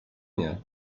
nie